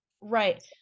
Right